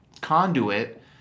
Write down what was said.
conduit